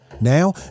Now